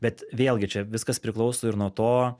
bet vėlgi čia viskas priklauso ir nuo to